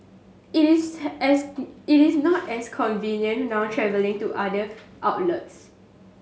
it is as it is not as convenient now travelling to other outlets